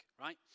right